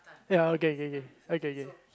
ya okay okay okay okay okay okay